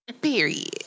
Period